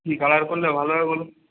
কী colour করলে ভালো হবে বলুন